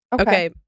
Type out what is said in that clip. Okay